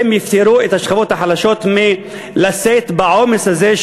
הם יפטרו את השכבות החלשות מלשאת בעומס הזה,